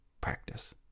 practice